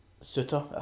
Souter